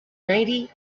ninety